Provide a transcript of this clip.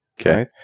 Okay